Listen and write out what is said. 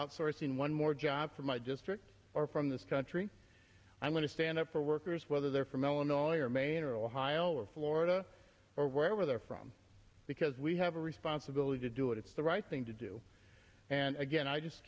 outsourcing one more job from my district or from this country i'm going to stand up for workers whether they're from illinois or maine or hi lo or florida or wherever they're from because we have a responsibility to do it it's the right thing to do and again i just